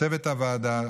צוות הוועדה,